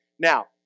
Now